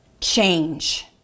change